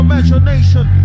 Imagination